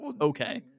okay